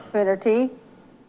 coonerty?